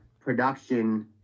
production